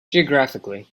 geographically